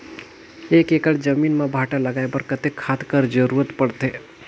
एक एकड़ जमीन म भांटा लगाय बर कतेक खाद कर जरूरत पड़थे?